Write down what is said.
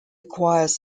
acquires